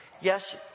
Yes